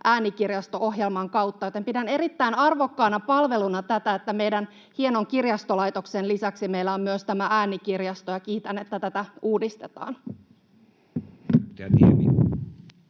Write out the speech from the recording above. äänikirjasto-ohjelman kautta. Pidän erittäin arvokkaana palveluna tätä, että meidän hienon kirjastolaitoksen lisäksi meillä on myös tämä äänikirjasto, ja kiitän, että tätä uudistetaan.